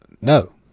No